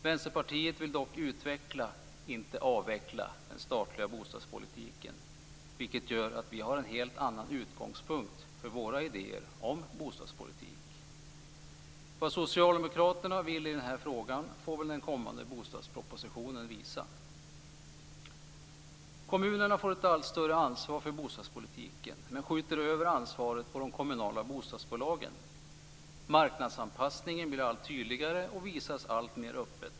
Vänsterpartiet vill dock utveckla - inte avveckla - den statliga bostadspolitiken. Det gör att vi har en helt annan utgångspunkt för våra idéer om bostadspolitik. Vad Socialdemokraterna vill i den här frågan får väl den kommande bostadspropositionen visa. Kommunerna får ett allt större ansvar för bostadspolitiken, men de skjuter över ansvaret på de kommunala bostadsbolagen. Marknadsanpassningen blir allt tydligare och visas alltmer öppet.